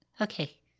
Okay